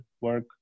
work